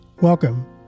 Welcome